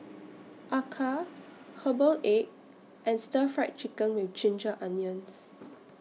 Acar Herbal Egg and Stir Fry Chicken with Ginger Onions